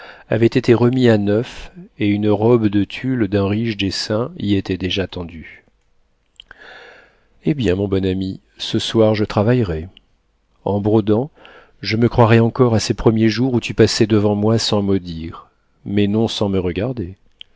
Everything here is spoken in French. avait été remis à neuf et une robe de tulle d'un riche dessin y était déjà tendue eh bien mon bon ami ce soir je travaillerai en brodant je me croirai encore à ces premiers jours où tu passais devant moi sans mot dire mais non sans me regarder